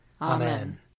Amen